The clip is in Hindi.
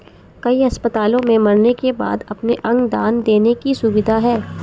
कई अस्पतालों में मरने के बाद अपने अंग दान देने की सुविधा है